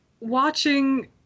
watching